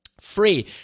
free